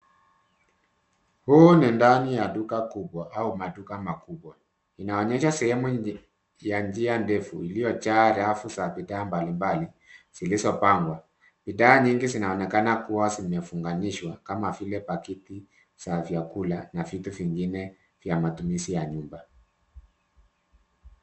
Huu ni ndani ya duka kubwa au maduka makubwa. Inaonyesha sehemu ya nji ndefu iliyojaa rafu za bidhaa mbalimbali zilizopangwa. Bidhaa nyingi zinaonekana kuwa zimefunganishwa kama vile paketi za vyakula na vitu vingine vya matumizi ya nyumba.